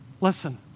listen